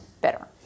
better